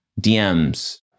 DMs